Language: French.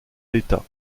l’état